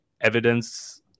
evidence